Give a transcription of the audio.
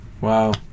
Wow